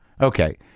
Okay